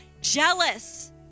jealous